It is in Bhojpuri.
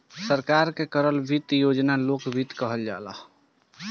सरकार के करल वित्त योजना लोक वित्त कहल जाला